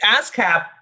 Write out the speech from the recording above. ASCAP